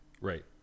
right